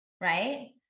Right